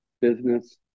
business